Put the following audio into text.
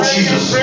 Jesus